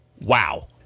Wow